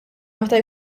meta